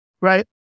right